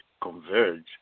converge